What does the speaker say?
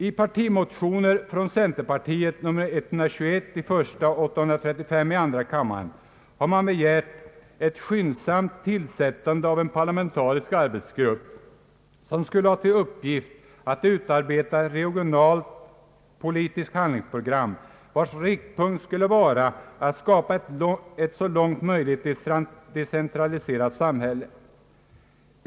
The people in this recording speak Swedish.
I partimotioner från centerpartiet — nr I: 721 och II: 835 — har man begärt ett skyndsamt tillsättande av en parlamentarisk arbetsgrupp som skulle ha till uppgift att utarbeta ett regionalpolitiskt handlingsprogram, vars riktpunkt skulle .vara att skapa ett så långt möjligt decentraliserat samhälle.